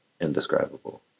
indescribable